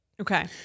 Okay